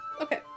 Okay